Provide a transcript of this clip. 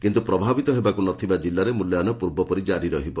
କିନ୍ତୁ ପ୍ରଭାବିତ ହେବାକୁ ନ ଥିବା ଜିଲ୍ଲାରେ ମୂଲ୍ୟାୟନ ପୂର୍ବପରି ଚାଲିବ